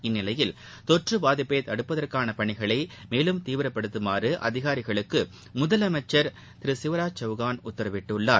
இந்நிலையில் தொற்று பாதிப்பை தடுப்பதற்கான பணிகளை மேலும் தீவிரப்படுத்தமாறு அதிகாரிகளுக்கு முதலமைச்சர் திரு சிவராஜ் சிங் சௌகான் உத்தரவிட்டுள்ளார்